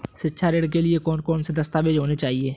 शिक्षा ऋण के लिए कौन कौन से दस्तावेज होने चाहिए?